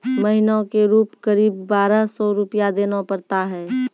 महीना के रूप क़रीब बारह सौ रु देना पड़ता है?